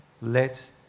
let